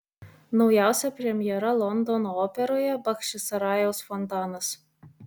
naujausia premjera londono operoje bachčisarajaus fontanas